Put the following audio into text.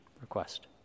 request